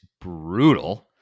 brutal